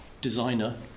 designer